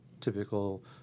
typical